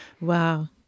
Wow